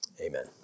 Amen